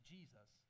Jesus